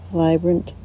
vibrant